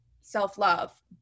self-love